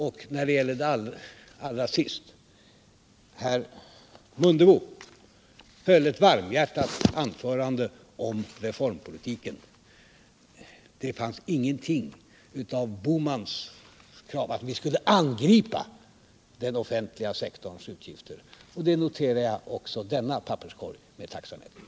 Och allra sist: Herr Mundebo höll ett varmhjärtat anförande om reformpolitiken. Det fanns där ingenting av herr Bohmans krav att vi skulle angripa den offentliga sektorns utgifter. Jag noterar med tacksamhet att man också i det fallet använt papperskorgen. Finansdebatt Finansdebatt